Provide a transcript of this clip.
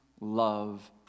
love